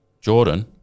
Jordan